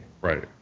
right